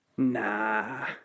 Nah